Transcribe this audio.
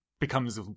Becomes